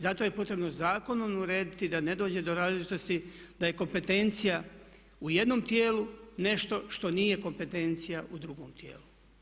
Zato je potrebno zakonom urediti da ne dođe do različitosti, da je kompetencija u jednom tijelu nešto što nije kompetencija u drugom tijelu.